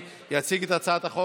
התש"ף 2020,